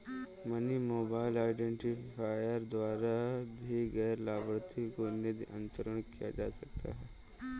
money mobile identifier द्वारा भी गैर लाभार्थी को निधि अंतरण किया जा सकता है